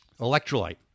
electrolyte